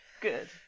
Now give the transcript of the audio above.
Good